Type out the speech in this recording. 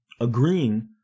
agreeing